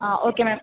ആ ഓക്കേ മാം